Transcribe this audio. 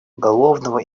уголовного